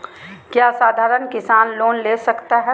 क्या साधरण किसान लोन ले सकता है?